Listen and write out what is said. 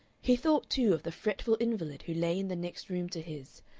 he thought, too, of the fretful invalid who lay in the next room to his,